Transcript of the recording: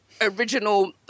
original